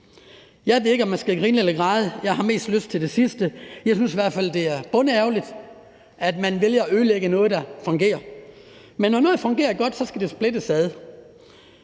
Så jeg ved ikke, om man skal grine eller græde – jeg har mest lyst til det sidste. Jeg synes i hvert fald, det er bundærgerligt, at man vælger at ødelægge noget, der fungerer. Men når noget fungerer godt, skal det splittes ad.